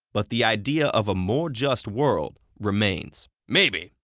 but the idea of a more just world remains. maybe,